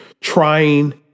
trying